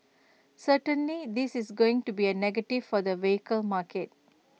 certainly this is going to be A negative for the vehicle market